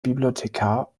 bibliothekar